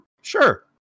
Sure